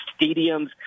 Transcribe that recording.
stadiums